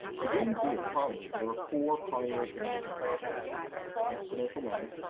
within the economy there are four primary areas of concern exponential money,